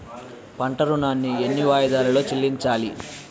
పంట ఋణాన్ని ఎన్ని వాయిదాలలో చెల్లించాలి?